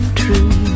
true